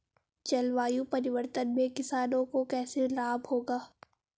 जलवायु परिवर्तन से किसानों को कैसे लाभ होगा?